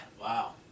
Wow